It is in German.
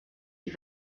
die